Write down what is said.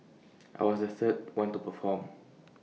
I was the third one to perform